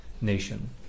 nation